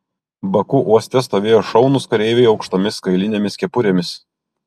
baku uoste stovėjo šaunūs kareiviai aukštomis kailinėmis kepurėmis